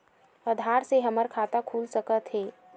आधार से हमर खाता खुल सकत हे?